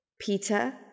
Peter